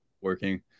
working